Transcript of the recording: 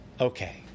Okay